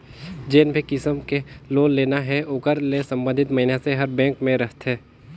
जेन भी किसम के लोन लेना हे ओकर ले संबंधित मइनसे हर बेंक में रहथे